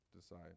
decide